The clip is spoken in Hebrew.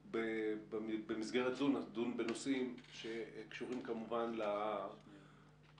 במסגרת זו אנחנו נדון בנושאים שקשורים כמובן להחלטה